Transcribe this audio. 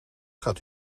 gaat